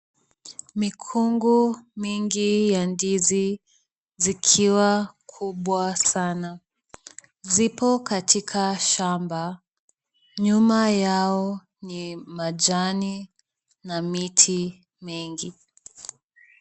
Mikungu mingi ya ndizi zikiwa kubwa sana zipo katika shamba. Nyuma yao ni majani na miti mengi.